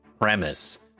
premise